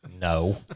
No